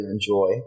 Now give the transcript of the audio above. enjoy